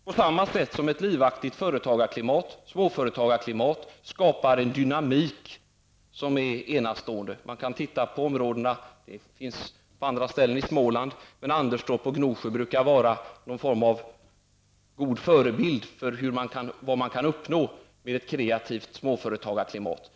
På samma sätt skapar ett livaktigt företagar och småföretagarklimat en dynamik som är enastående. Det finns platser i Småland som kan nämnas, men speciellt Anderstorp och Gnosjö brukar fungera som någon form av god förebild för vad man kan uppnå med ett kreativt småföretagarklimat.